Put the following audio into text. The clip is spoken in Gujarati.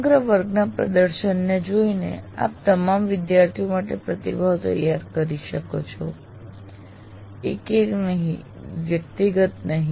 સમગ્ર વર્ગના પ્રદર્શનને જોઈને આપ તમામ વિદ્યાર્થીઓને માટે પ્રતિભાવ તૈયાર કરી શકો છો એક એક નહીં વ્યક્તિગત નહિ